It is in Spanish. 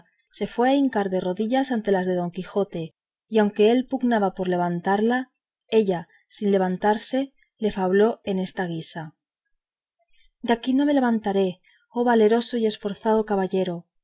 se fue a hincar de rodillas ante las de don quijote y aunque él pugnaba por levantarla ella sin levantarse le fabló en esta guisa de aquí no me levantaré oh valeroso y esforzado caballero